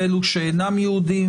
ואלה שאינם יהודים,